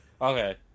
okay